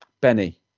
Benny